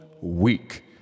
week